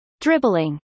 Dribbling